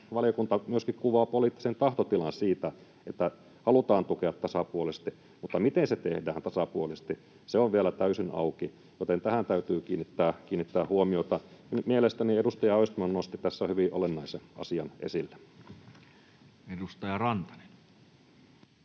valiokunta myöskin kuvaa poliittisen tahtotilan siitä, että halutaan tukea tasapuolisesti, mutta se, miten se tehdään tasapuolisesti, on vielä täysin auki, joten tähän täytyy kiinnittää huomiota. Mielestäni edustaja Östman nosti tässä hyvin olennaisen asian esille. [Speech